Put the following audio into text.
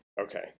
okay